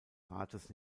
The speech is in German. rates